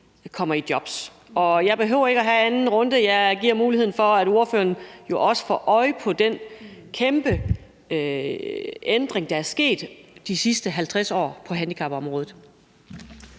kommer i job? Jeg behøver ikke at have anden runde. Jeg giver muligheden for, at ordføreren jo også får øje på den kæmpe ændring, der er sket de sidste 50 år på handicapområdet.